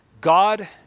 God